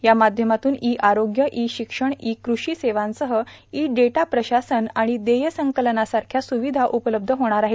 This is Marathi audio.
या माध्यमातून ई आरोग्य ई शिक्षण ई कृषी सेवांसह ई डेटा प्रशासन आर्ाण देय संकलनासारख्या र्स्रावधा उपलब्ध होणार आहेत